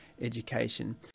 education